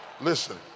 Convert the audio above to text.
listen